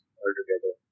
altogether